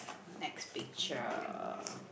next picture